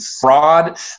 fraud